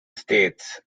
states